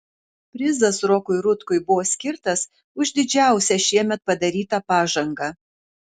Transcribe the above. prizas rokui rutkui buvo skirtas už didžiausią šiemet padarytą pažangą